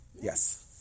Yes